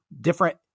different